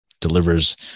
delivers